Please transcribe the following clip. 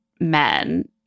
men